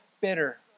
bitter